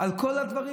על כל הדברים.